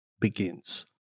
begins